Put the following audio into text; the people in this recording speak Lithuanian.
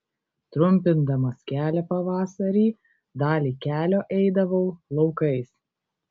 trumpindamas kelią pavasarį dalį kelio eidavau laukais